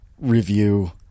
review